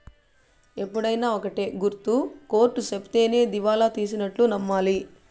ఎప్పుడైనా ఒక్కటే గుర్తు కోర్ట్ సెప్తేనే దివాళా తీసినట్టు నమ్మాలి